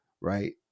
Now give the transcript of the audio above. right